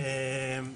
טוב, אהלן.